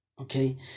Okay